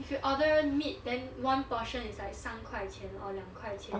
if you order meat then one portion is 三块钱 or 两块钱